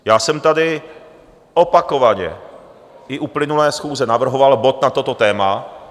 Já jsem tady opakovaně i uplynulé schůze navrhoval bod na toto téma.